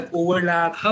overlap